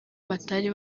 batari